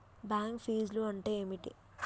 Bank ఫీజ్లు అంటే ఏమిటి?